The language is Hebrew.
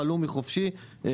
חלומי חופשי,